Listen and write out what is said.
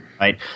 right